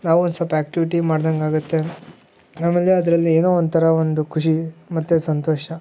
ನಾವು ಒಂದ್ಸೊಲ್ಪಾ ಆ್ಯಕ್ಟಿವಿಟಿ ಮಾಡ್ದಂಗಾಗತ್ತೆ ಆಮೇಲೆ ಅದರಲ್ಲಿ ಏನೋ ಒಂಥರಾ ಒಂದು ಖುಷಿ ಮತ್ತು ಸಂತೋಷ